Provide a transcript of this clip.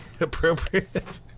appropriate